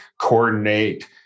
coordinate